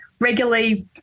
regularly